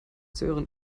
sören